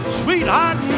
sweetheart